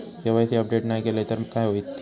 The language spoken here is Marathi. के.वाय.सी अपडेट नाय केलय तर काय होईत?